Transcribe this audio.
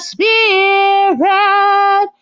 Spirit